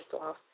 off